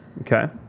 Okay